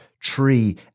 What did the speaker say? tree